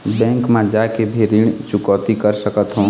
Bank मा जाके भी ऋण चुकौती कर सकथों?